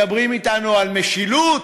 מדברים אתנו על משילות,